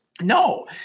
No